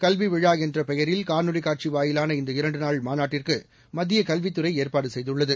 கல்வி விழா என்ற பெயரில் காணொளிக் காட்சி வாயிலான இந்த இரண்டுநாள் மாநாட்டிற்கு மத்திய கல்வித்துறை ஏற்பாடு செய்துள்ளது